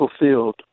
fulfilled